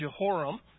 Jehoram